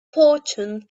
fortune